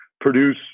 produce